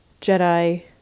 Jedi